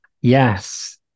Yes